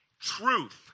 Truth